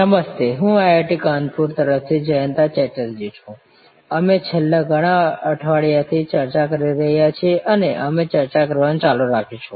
નમસ્તે હું IIT કાનપુર તરફથી જયંતા ચેટર્જી છું અમે છેલ્લા ઘણા અઠવાડિયાથી ચર્ચા કરી રહ્યા છીએ અને અમે ચર્ચા કરવાનું ચાલુ રાખીશું